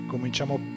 cominciamo